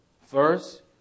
First